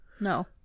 No